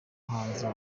hanze